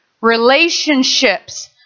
relationships